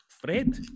Fred